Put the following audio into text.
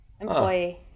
employee